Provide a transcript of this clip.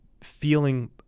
feeling